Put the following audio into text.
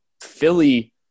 Philly